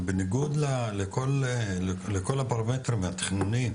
זה בניגוד לכך הפרמטרים התכנוניים,